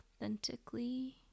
authentically